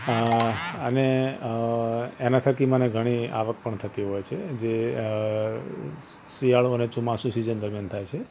અ અને અ એના થકી મને ઘણી આવક પણ થતી હોય છે જે અ શિયાળો અને ચોમાસું સીઝન દરમિયાન થાય છે